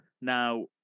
now